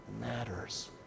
matters